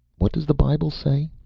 what does the bible say?